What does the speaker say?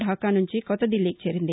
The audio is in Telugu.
థాకా నుంచి కొత్త దిల్లీకి చేరింది